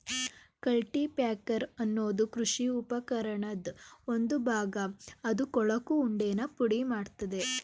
cultipacker ಅನ್ನೋದು ಕೃಷಿ ಉಪಕರಣದ್ ಒಂದು ಭಾಗ ಅದು ಕೊಳಕು ಉಂಡೆನ ಪುಡಿಮಾಡ್ತದೆ